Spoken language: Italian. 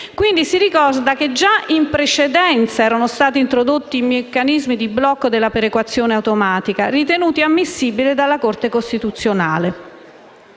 si ricorda che già in precedenza erano stati introdotti meccanismi di blocco della perequazione automatica, ritenuti ammissibili dalla Corte costituzionale: